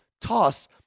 toss